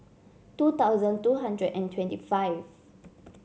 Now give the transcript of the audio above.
two thousand two hundred and twenty five